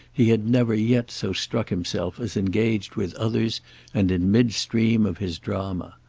he had never yet so struck himself as engaged with others and in midstream of his drama.